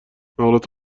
مقالات